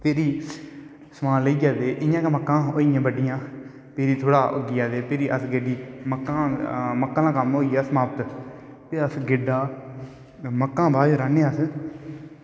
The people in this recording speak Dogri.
भिरी समान लेईयै ते इयां गै मक्कां होईयां बड्डियां भिरी तोह्ड़ा उग्गेआ ते भिरी अस गेड्डी मक्कां दा कम्म होईया समाप्त फ्ही अस गेड्डा मक्कैं सा बाग राह्नें अस